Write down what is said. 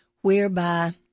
whereby